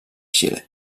xile